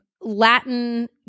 Latin